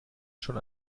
schon